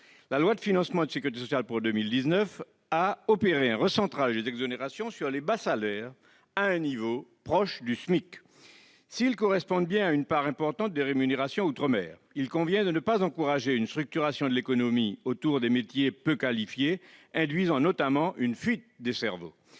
la loi de financement de sécurité sociale pour 2019 a opéré un recentrage des exonérations sur les bas salaires, à un niveau proche du SMIC. Si les bas salaires correspondent bien à une part importante des rémunérations outre-mer, il convient de ne pas encourager une structuration de l'économie autour des métiers peu qualifiés, qui induirait une fuite des cerveaux.